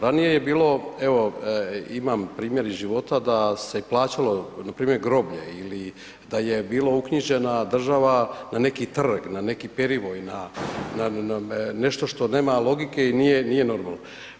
Ranije je bilo evo imam primjer iz života da se plaćalo, npr. groblje ili da je bila uknjižena država na neki trg, na neki perivoj, na nešto što nema logike i nije normalno.